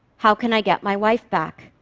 how can i get my wife back?